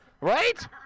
right